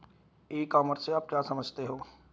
ई commerce से आप क्या समझते हो?